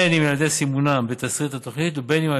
אם על ידי סימונם בתשריט התוכנית ואם על